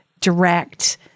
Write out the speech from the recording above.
direct